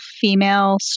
female